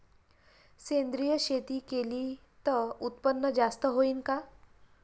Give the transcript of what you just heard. सेंद्रिय शेती केली त उत्पन्न जास्त होईन का?